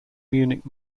munich